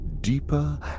deeper